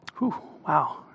Wow